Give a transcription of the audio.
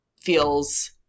feels